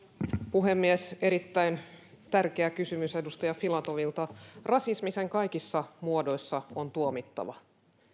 puhemies erittäin tärkeä kysymys edustaja filatovilta rasismi sen kaikissa muodoissa on tuomittava